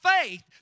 faith